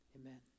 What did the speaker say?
Amen